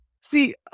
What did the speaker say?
See